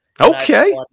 Okay